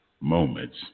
moments